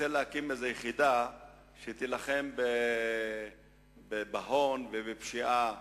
רוצה להקים איזו יחידה שתילחם בהון ובפשיעה.